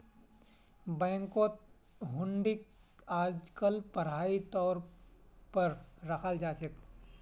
बैंकत हुंडीक आजकल पढ़ाई तौर पर रखाल जा छे